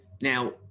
Now